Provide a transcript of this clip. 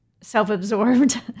self-absorbed